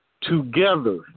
together